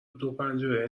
دوپنجره